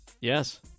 Yes